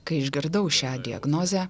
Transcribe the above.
kai išgirdau šią diagnozę